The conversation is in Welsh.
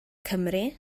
cymru